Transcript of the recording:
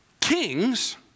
kings